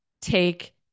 Take